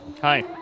Hi